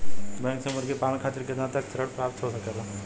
Bank से मुर्गी पालन खातिर कितना तक ऋण प्राप्त हो सकेला?